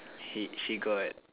she she got